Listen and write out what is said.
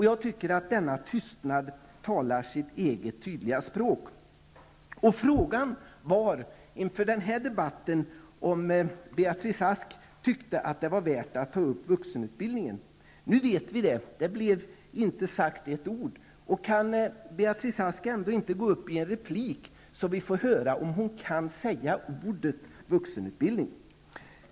Jag tycker att denna tystnad talar sitt eget tydliga språk. Frågan inför den här debatten var om Beatrice Ask tyckte att det var värt att ta upp vuxenutbildningen. Nu vet vi. Inte ett ord blev sagt. Kan Beatrice Ask ändå inte gå upp i en replik, så att vi får höra om hon kan säga ordet vuxenutbildning.